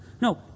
No